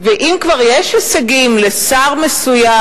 ואם כבר יש הישגים לשר מסוים,